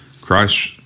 Christ